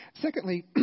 Secondly